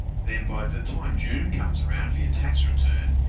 then by the time june comes around for your tax return,